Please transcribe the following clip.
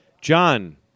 John